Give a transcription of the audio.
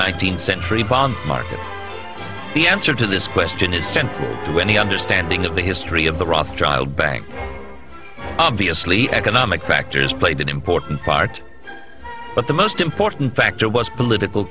nineteenth century bond market the answer to this question is central to any understanding of the history of the rothschilds bank obviously economic factors played an important part but the most important factor was political